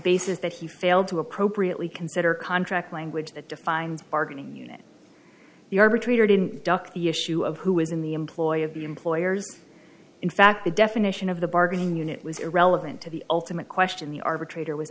basis that he failed to appropriately consider contract language the defined bargaining unit the arbitrator didn't duck the issue of who was in the employ of the employers in fact the definition of the bargaining unit was irrelevant to the ultimate question the arbitrator was